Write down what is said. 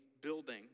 building